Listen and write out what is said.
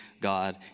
God